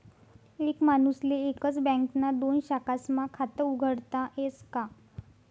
एक माणूसले एकच बँकना दोन शाखास्मा खातं उघाडता यस का?